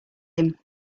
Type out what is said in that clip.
him